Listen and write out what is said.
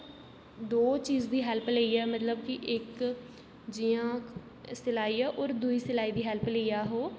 दो चीज दी हेल्प लेइयै मतलब कि इक जि'यां सलाई ऐ होर दूई सलाई दी हेल्प लेइयै अस ओह्